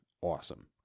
awesome